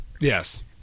Yes